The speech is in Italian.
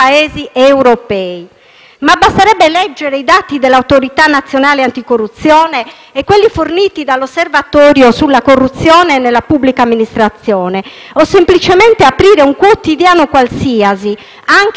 Ma basterebbe leggere i dati dell'Autorità nazionale anticorruzione e quelli forniti dall'Osservatorio sulla corruzione nella pubblica amministrazione o semplicemente aprire un quotidiano qualsiasi, anche di cronaca locale,